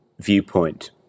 viewpoint